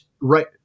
right